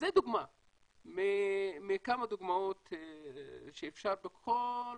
זו דוגמה מכמה דוגמאות שאפשר לתת בכל